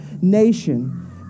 nation